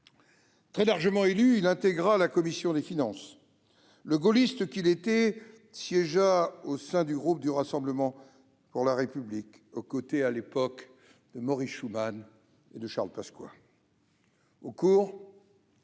Très largement élu, il intégra la commission des finances. Le gaulliste qu'il était siégea au sein du groupe du Rassemblement pour la République, aux côtés de Maurice Schumann et de Charles Pasqua. Au cours